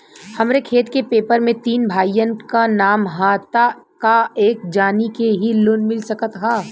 हमरे खेत के पेपर मे तीन भाइयन क नाम ह त का एक जानी के ही लोन मिल सकत ह?